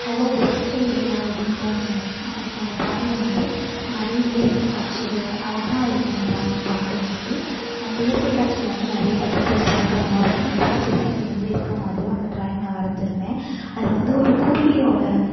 அவ்வளோ பெஸ்ட்டு இல்லை அப்படின்னு தோணுச்சு அன்றைக்கி ஆனால் இப்போ அந்த ட்ராயிங்கில் வந்து நிறையா இயற்கை காட்சிகளும் அழகா இருக்குது அந்த ட்ராயிங் பார்க்க எனக்கு அந்த இயற்கை காட்சிகளில் வந்து நிறைய பட்டர்ஃபிளைஸ் பறக்கிற மாதிரியும் நிறைய குருவிகள் வந்து இருக்கற மாதிரியும் அந்த ட்ராயிங் நான் வரைஞ்சிருந்தேன் அதில் வந்து ஒரு குருவியோடய